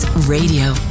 Radio